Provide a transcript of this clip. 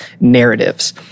narratives